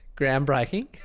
groundbreaking